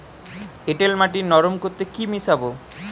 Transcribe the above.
এঁটেল মাটি নরম করতে কি মিশাব?